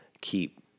keep